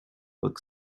book